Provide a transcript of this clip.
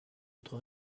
notre